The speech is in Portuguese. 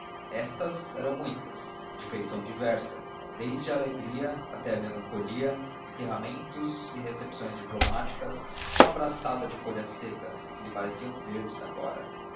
estas eram muitas e de feição diversa desde a alegria até a melancolia enterramentos e recepções diplomáticas uma braçada de folhas secas que lhe pareciam verdes agora